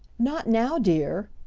not now, dear,